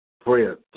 prayer